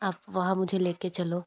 आप वहाँ मुझे ले कर चलो